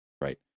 right